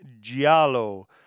giallo